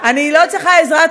אני לא צריכה עזרה.